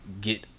get